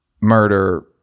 murder